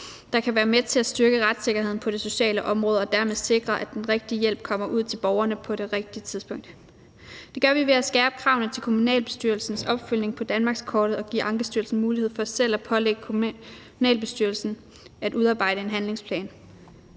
der kan være med til at styrke retssikkerheden på det sociale område og dermed sikre, at den rigtige hjælp kommer ud til borgerne på det rigtige tidspunkt. Det gør vi ved at skærpe kravene til kommunalbestyrelsens opfølgning på danmarkskortet og give Ankestyrelsen mulighed for selv at pålægge kommunalbestyrelsen at udarbejde en handlingsplan.